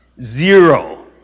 zero